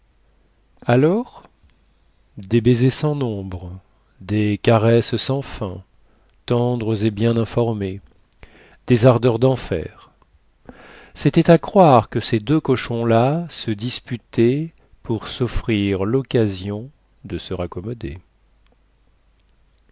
alors des baisers sans nombre des caresses sans fin tendres et bien informées des ardeurs denfer cétait à croire que ces deux cochons là se disputaient pour soffrir loccasion de se raccommoder